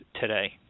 today